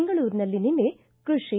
ಬೆಂಗಳೂರಿನಲ್ಲಿ ನಿನ್ನೆ ಕೃಷಿ